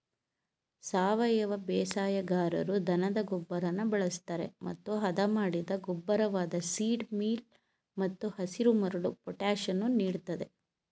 ಸಾವಯವ ಬೇಸಾಯಗಾರರು ದನದ ಗೊಬ್ಬರನ ಬಳಸ್ತರೆ ಮತ್ತು ಹದಮಾಡಿದ ಗೊಬ್ಬರವಾದ ಸೀಡ್ ಮೀಲ್ ಮತ್ತು ಹಸಿರುಮರಳು ಪೊಟ್ಯಾಷನ್ನು ನೀಡ್ತದೆ